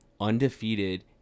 undefeated